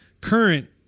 current